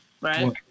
Right